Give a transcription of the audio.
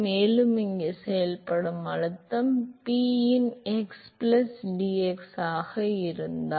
மேலும் இங்கு செயல்படும் அழுத்தம் p இன் x பிளஸ் dx ஆக இருந்தால்